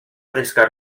fresca